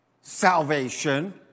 salvation